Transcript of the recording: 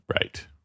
Right